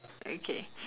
okay